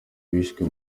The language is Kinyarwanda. bishwe